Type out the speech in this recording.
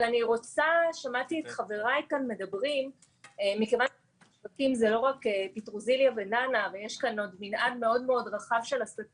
שווקים זה לא רק פטרוזיליה ונענע אז אני